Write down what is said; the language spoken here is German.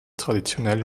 traditionell